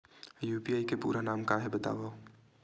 UPI के पूरा नाम का हे बतावव?